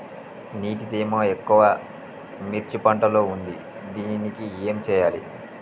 నీటి తేమ ఎక్కువ మిర్చి పంట లో ఉంది దీనికి ఏం చేయాలి?